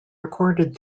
recorded